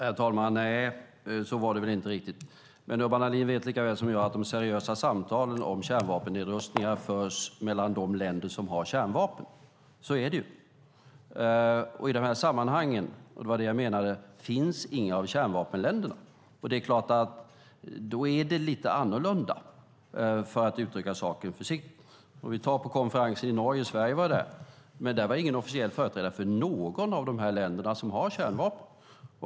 Herr talman! Nej, så var det väl inte riktigt. Men Urban Ahlin vet likaväl som jag att de seriösa samtalen om kärnvapennedrustningar förs mellan de länder som har kärnvapen - så är det ju. Men i de här sammanhangen - det var det jag menade - finns inga av kärnvapenländerna. Då är det lite annorlunda, för att uttrycka saken försiktigt. Vi kan ta konferensen i Norge. Sverige var där, men där fanns ingen officiell företrädare för något av de länder som har kärnvapen.